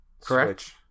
correct